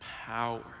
power